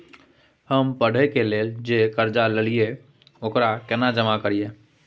हम पढ़े के लेल जे कर्जा ललिये ओकरा केना जमा करिए?